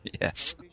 Yes